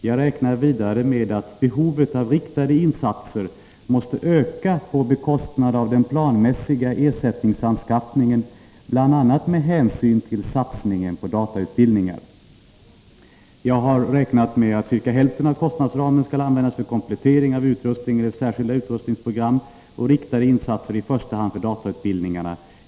Jag räknar vidare med att behovet av riktade insatser måste öka på bekostnad av den planmässiga ersättningsanskaffningen, bl.a. med hänsyn till satsningen på datautbildningar. Jag har räknat med att ca hälften av kostnadsramen skall användas för komplettering av utrustning enligt särskilda utrustningsprogram och riktade insatser i första hand för datautbildningarna.